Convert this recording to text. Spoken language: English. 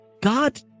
God